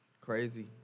Crazy